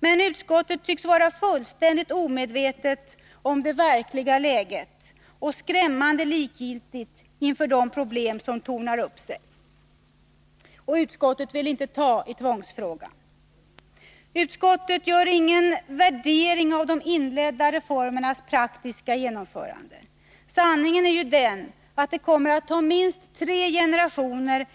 Men utskottet tycks vara fullständigt omedvetet om det verkliga läget och skrämmande likgiltigt inför de problem som tornar upp sig. Utskottet vill inte ta i tvångsfrågan. Utskottet gör ingen värdering av de inledda reformernas praktiska genomförande. Sanningen är ju den, att det med den nuvarande takten kommer att ta minst tre generationer